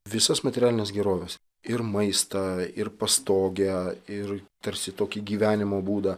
visas materialines geroves ir maistą ir pastogę ir tarsi tokį gyvenimo būdą